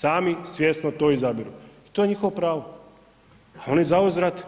Sami svjesno to izabiru i to je njihovo pravo, oni zauzvrat